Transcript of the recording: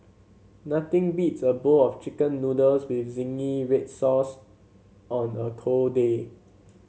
nothing beats a bowl of chicken noodles with zingy red sauce on a cold day